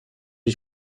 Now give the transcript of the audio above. die